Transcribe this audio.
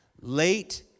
Late